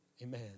Amen